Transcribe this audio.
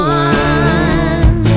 one